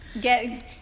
get